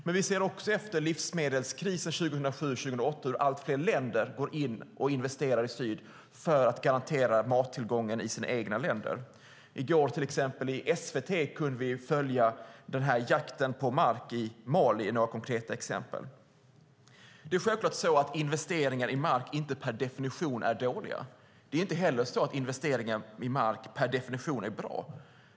Men vi ser också efter livsmedelskrisen 2007-2008 hur allt fler länder går in och investerar i syd för att garantera mattillgången i sina egna länder. I går kväll kunde vi i SVT se ett konkret exempel och följa denna jakt på mark i Mali. Självklart är investeringar i mark inte per definition dåliga, men investeringar i mark är inte heller per definition bra.